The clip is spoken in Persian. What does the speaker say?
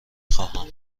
خواهم